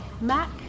mac